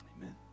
Amen